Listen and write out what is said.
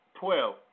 twelve